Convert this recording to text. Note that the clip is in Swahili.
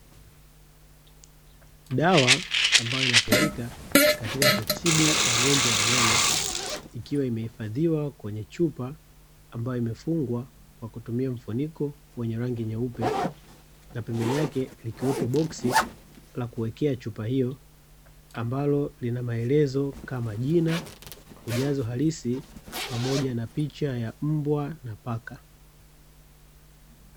Dawa ambayo inatumika katika kutibu magonjwa ya wanyama ikiwa imehifadhiwa kwenye chupa ambayo imefungwa kwa kutumia mfuniko wenye rangi nyeupe na pembeni yake likiwepo boksi la kuwekea chupa hiyo ambalo lina maelezo kama jina, ujazo halisi pamoja na picha ya mbwa na paka.